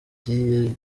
iti